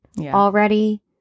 already